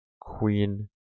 queen